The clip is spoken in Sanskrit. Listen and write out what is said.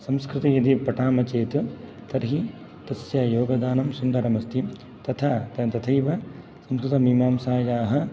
संस्कृते यदि पठामः चेत् तर्हि तस्य योगदानं सुन्दरमस्ति तथा तथैव संस्कृतमीमांसायाः